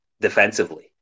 defensively